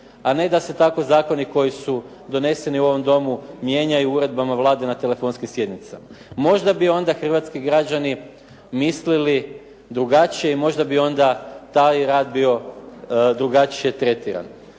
a ne da se tako zakoni koji su doneseni u ovom domu mijenjaju uredbama Vlade na telefonskim sjednicama. Možda bi onda hrvatski građani mislili drugačije i možda bi onda taj rad bio drugačije tretiran.